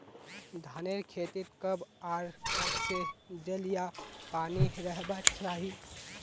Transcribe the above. धानेर खेतीत कब आर कब से जल या पानी रहबा चही?